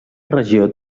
regió